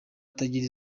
atagira